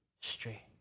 straight